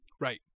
Right